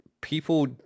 people